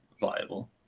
viable